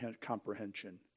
comprehension